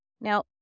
Now